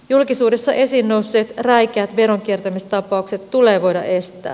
julkisuudessa esiin nousseet räikeät veronkiertämistapaukset tulee voida estää